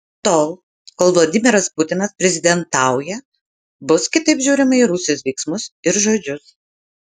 tol kol vladimiras putinas prezidentauja bus kitaip žiūrima į rusijos veiksmus ir žodžius